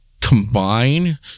combine